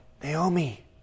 Naomi